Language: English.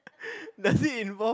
does it involve